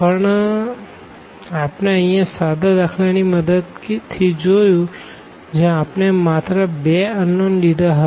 પણ આપણે અહિયાં સાદા દાખલા ની મદદ થી જોયું જ્યાં આપણે માત્ર બે અનનોન લીધા હતા